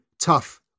tough